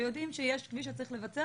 ויודעים שיש כביש שצריך לבצע